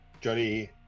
johnny